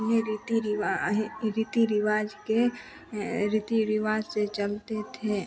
में रीती रि रीती रिवाज के रीती रिवाज से चलते थे